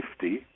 safety